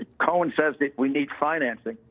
ah cohen says that we need financing,